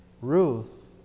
Ruth